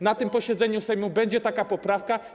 Na tym posiedzeniu Sejmu będzie taka poprawka.